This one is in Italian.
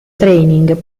training